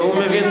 והוא מבין,